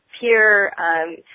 peer –